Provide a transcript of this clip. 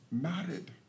married